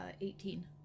Eighteen